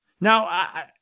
Now